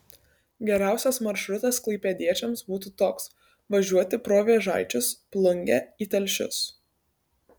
geriausias maršrutas klaipėdiečiams būtų toks važiuoti pro vėžaičius plungę į telšius